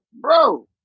bro